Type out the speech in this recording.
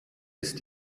ist